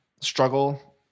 struggle